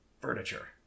furniture